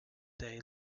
day